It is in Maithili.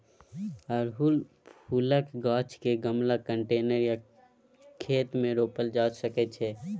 अड़हुल फुलक गाछ केँ गमला, कंटेनर या खेत मे रोपल जा सकै छै